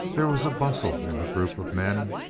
there was a bustle in the group of men.